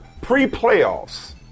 pre-playoffs